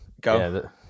go